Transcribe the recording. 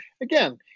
again